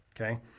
okay